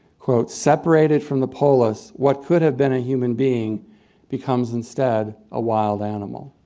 quote, separated from the polis, what could have been a human being becomes instead a wild animal.